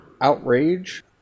outrage